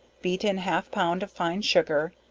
beat in half pound of fine sugar,